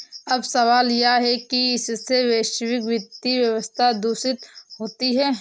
अब सवाल यह है कि क्या इससे वैश्विक वित्तीय व्यवस्था दूषित होती है